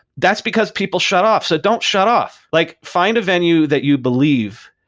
that's because people shut off. so don't shut off. like find a venue that you believe.